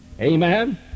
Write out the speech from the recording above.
Amen